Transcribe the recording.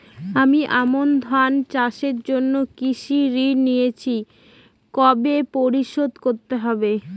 আমি আমন ধান চাষের জন্য কৃষি ঋণ নিয়েছি কবে পরিশোধ করতে হবে?